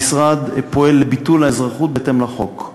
המשרד פועל לביטול האזרחות בהתאם לחוק.